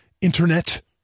Internet